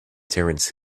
terence